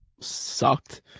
sucked